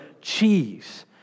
cheese